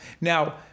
Now